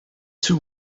two